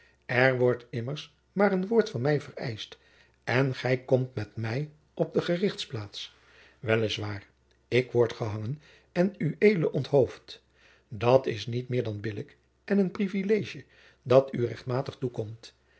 er wordt immers maar een woord van mij vereischt en gij komt met mij op de gerichts plaats wel is waar ik word gehangen en ued onthoofd dat is niet meer dan billijk en een privilegie dat u rechtmatig toekomt